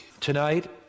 Tonight